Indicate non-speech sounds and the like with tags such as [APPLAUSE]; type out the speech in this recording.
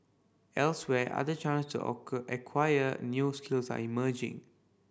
elsewhere other chances to [UNINTELLIGIBLE] acquire news skills are emerging